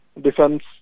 defense